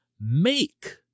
make